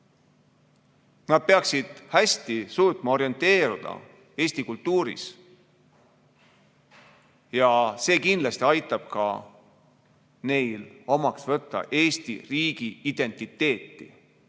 Nad peaksid hästi suutma orienteeruda eesti kultuuris. Ja see kindlasti aitab ka neil omaks võtta Eesti riigiidentiteeti.